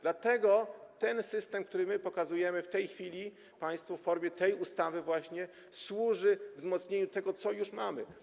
Dlatego ten system, który my pokazujemy w tej chwili państwu w formie tej ustawy właśnie, służy wzmocnieniu tego, co już mamy.